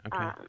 okay